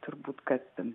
turbūt kas